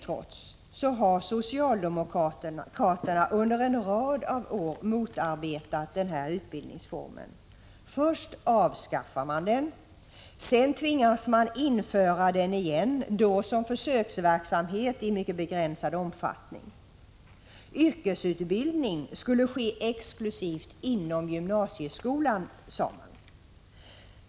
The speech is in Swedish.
Trots detta har socialdemokraterna under en följd av år motarbetat denna utbildningsform. Först avskaffar man den och sedan tvingas man införa den igen, då som försöksverksamhet i mycket begränsad omfattning. Yrkesutbildning skulle ske exklusivt inom gymnasieskolan, sade man.